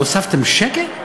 הוספתם שקל?